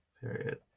Period